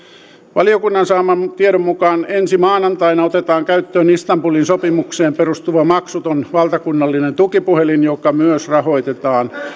valiokunnan saaman tiedon mukaan ensi maanantaina otetaan käyttöön istanbulin sopimukseen perustuva maksuton valtakunnallinen tukipuhelin joka myös rahoitetaan